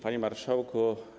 Panie Marszałku!